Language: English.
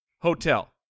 hotel